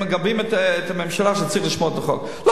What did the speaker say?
מגבים את הממשלה שצריך לשמור על החוק?